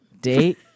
Date